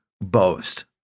boast